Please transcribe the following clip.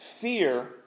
Fear